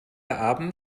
abend